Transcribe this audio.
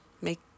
make